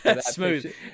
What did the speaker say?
smooth